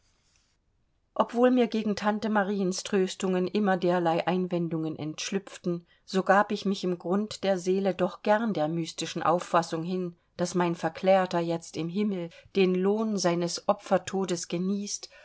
obwohl mir gegen tante mariens tröstungen immer derlei einwendungen entschlüpften so gab ich mich im grund der seele doch gern der mystischen auffassung hin daß mein verklärter jetzt im himmel den lohn seines opfertodes genießt